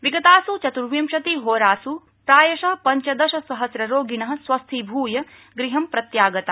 विगतास् चत्र्विंशतिहोरास् प्रायश पञ्चदशसहस्र रोगिण स्वस्थीभूष गृहं प्रत्यागता